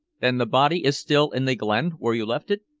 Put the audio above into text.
then the body is still in the glen, where you left it?